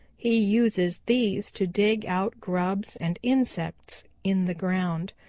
he uses these to dig out grubs and insects in the ground,